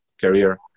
career